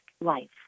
life